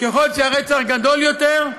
ככל שהרצח גדול יותר,